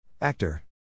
Actor